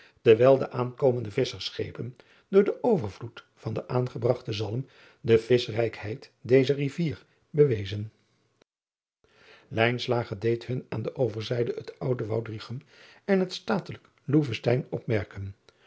terwijl de aankomende visschersschepen door den overvloed van den aangebragten zalm de vischrijkheid dezer ivier bewezen deed hun aan de overzijde het oude oudrichem en het statelijk oevestein opmerken